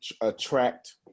attract